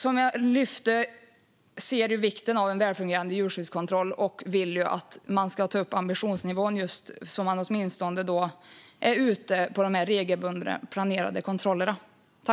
Som jag lyfte fram ser vi vikten av en välfungerande djurskyddskontroll och vill att man ska ta upp ambitionsnivån så att man åtminstone är ute på de regelbundna planerade kontrollerna.